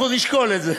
אנחנו נשקול את זה.